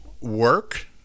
work